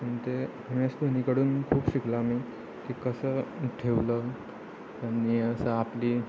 आणि ते M S धोनीकडून खूप शिकला मी की कसं ठेवलं आणि असं आपली